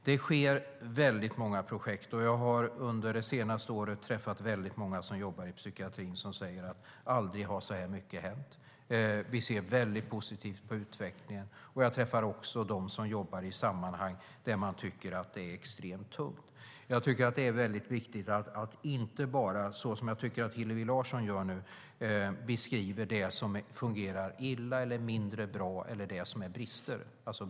Det pågår väldigt många projekt, och jag har under det senaste året träffat många som jobbar i psykiatrin och som säger: Aldrig har så här mycket hänt; vi ser väldigt positivt på utvecklingen. Men jag träffar också sådana som tycker att det är extremt tungt. Det är viktigt att inte bara, som jag tycker att Hillevi Larsson gör, beskriva det som fungerar illa eller mindre bra eller det som är brister.